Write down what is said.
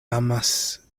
amas